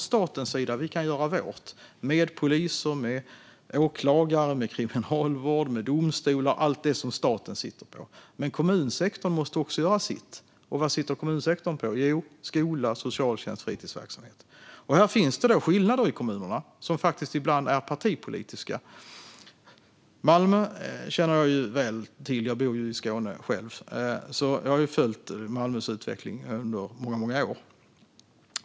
Staten kan göra sitt med poliser, åklagare, kriminalvård och domstolar - allt det som staten sitter på. Men kommunsektorn måste också göra sitt, och vad sitter kommunsektorn på? Jo, skola, socialtjänst och fritidsverksamhet. Det finns skillnader i kommunerna, och ibland är de faktiskt partipolitiska. Som skåning känner jag väl till Malmö, och jag har följt stadens utveckling under många år.